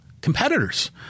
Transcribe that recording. competitors